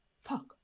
fuck